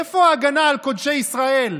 איפה ההגנה על קודשי ישראל?